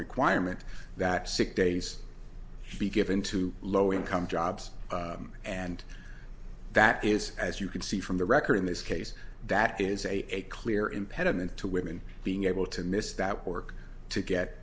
requirement that sick days be given to low income jobs and that is as you can see from the record in this case that is a clear impediment to women being able to miss that work to